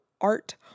art